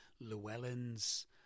Llewellyn's